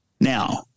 Now